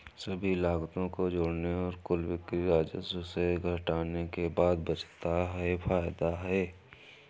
सभी लागतों को जोड़ने और कुल बिक्री राजस्व से घटाने के बाद बचता है फायदा है